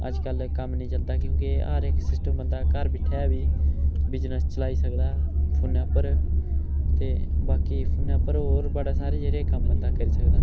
अज्ज कल कम्म निं चलदा क्योंकि हर इक सिस्टम बंदा घर बैठे बी बिज़नेस चलाई सकदा फोनै पर ते बाक़ी फोनै पर होर बड़े सारे जेह्ड़े कम्म बंदा करी सकदा